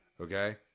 Okay